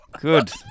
Good